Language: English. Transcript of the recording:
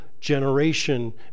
generation